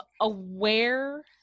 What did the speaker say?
aware